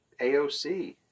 AOC